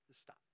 Stop